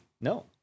No